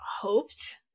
hoped